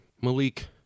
Malik